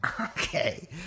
Okay